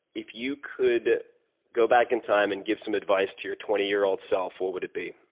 if you could go back in time and give some advice to your twenty year old self, what would it be?